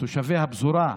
הצבעת נגד ההתיישבות הצעירה.